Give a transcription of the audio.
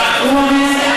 הוא אומר,